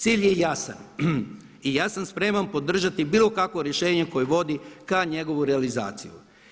Cilj je jasan i ja sam spreman podržati bilo kakvo rješenje koje vodi k njegovu realizaciju.